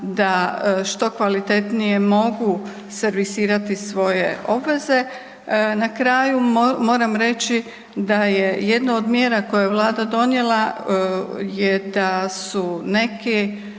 da što kvalitetnije mogu servisirati svoje obveze. Na kraju moram reći da je jedno od mjera koje je Vlada donijela je da su neki